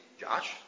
Josh